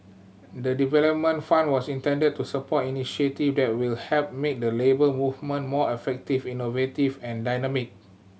the development fund was intended to support initiative that will help make the Labour Movement more effective innovative and dynamic